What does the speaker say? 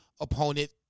opponent